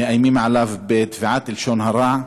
מאיימים עליו בתביעת לשון הרע,